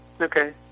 okay